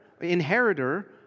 inheritor